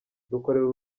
dukorera